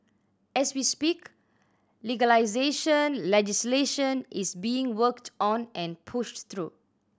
as we speak legalisation legislation is being worked on and pushed through